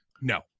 No